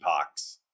epochs